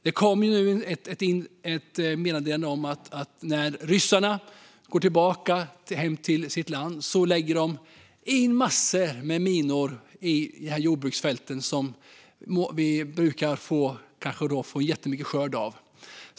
Det kom ett meddelande om att när ryssarna drar sig tillbaka hem till sitt land lägger de massor av minor i jordbruksfälten, som man brukar få väldigt mycket skörd av.